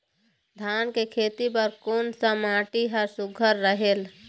धान के खेती बर कोन सा माटी हर सुघ्घर रहेल?